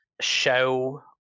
show